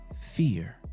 fear